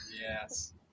Yes